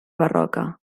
barroca